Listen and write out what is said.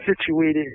situated